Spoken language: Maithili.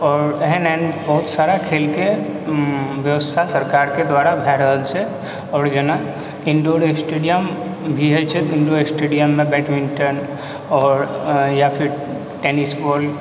आओर एहन एहन बहुत सारा खेलके व्यवस्था सरकारके द्वारा भए रहल छै आओर जेना इन्डोर स्टेडियम भी होइ छै विण्डो स्टेडियममे बैटमिंटन आओर या फेर टेनिस बॉल